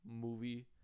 movie